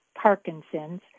Parkinson's